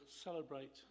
celebrate